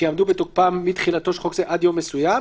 שיעמדו בתוקפן מתחילתו של חוק זה עד יום מסוים,